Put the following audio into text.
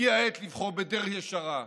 הגיעה העת לבחור בדרך ישרה,